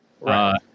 Right